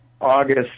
August